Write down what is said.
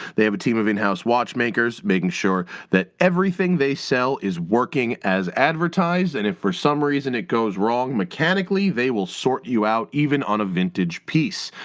they have a team of in-house watchmakers making sure that everything they sell is working as advertised, and if for some reason it goes wrong mechanically they will sort you out, even on a vintage piece.